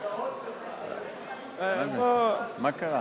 מה קרה?